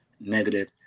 negative